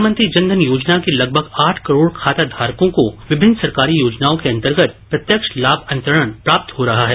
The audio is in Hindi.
प्रवानमंत्री जनवन योजना के लगभग आठ करोड खाता घारकों को विभिन्न सरकारी योजनाओं के अंतर्गत प्रत्यक्ष लाम अंतरण प्राप्त हो रहा है